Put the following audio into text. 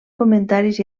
comentaris